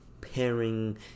pairing